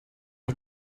auf